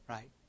Right